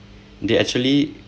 they actually